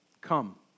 Come